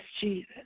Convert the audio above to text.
Jesus